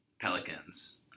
Pelicans